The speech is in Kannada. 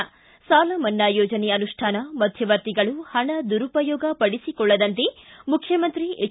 ಿ ಸಾಲಮನ್ನಾ ಯೋಜನೆ ಅನುಷ್ಠಾನ ಮಧ್ಯವರ್ತಿಗಳು ಪಣ ದುರುಪಯೋಗ ಪಡಿಸಿಕೊಳ್ಳದಂತೆ ಮುಖ್ಯಮಂತ್ರಿ ಹೆಚ್